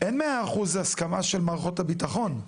אין 100 אחוזי הסכמה של מערכות הביטחון,